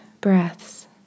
breaths